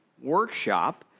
Workshop